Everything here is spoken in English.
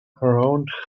around